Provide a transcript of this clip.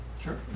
Sure